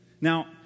Now